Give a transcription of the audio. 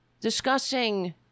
discussing